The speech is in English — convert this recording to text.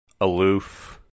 aloof